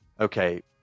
okay